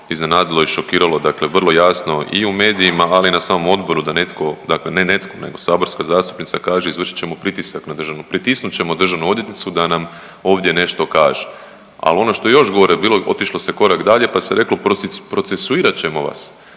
iznenadilo i šokiralo, dakle vrlo jasno i u medijima, ali na samom odboru da netko, dakle ne netko, nego saborska zastupnica kaže, izvršit ćemo pritisak na .../nerazumljivo/... pritisnut ćemo državnu odvjetnicu da nam ovdje nešto kaže. Ali ono što je još gore bilo, otišlo se korak dalje pa se reklo procesuirat ćemo vas.